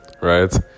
right